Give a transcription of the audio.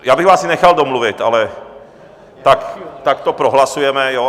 Já bych vás nechal domluvit, ale tak to prohlasujeme, jo?